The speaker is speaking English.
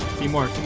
see more